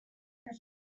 have